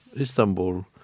istanbul